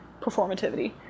performativity